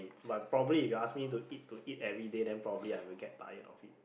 but probably if you ask me to eat to eat everyday then probably I will get tired of it